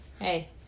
hey